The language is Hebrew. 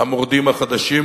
המורדים החדשים,